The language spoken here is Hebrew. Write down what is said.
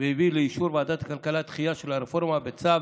והביא לאישור ועדת הכלכלה דחייה של הרפורמה בצו